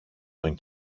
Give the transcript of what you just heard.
τον